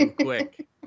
quick